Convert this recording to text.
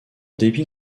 dépit